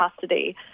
Custody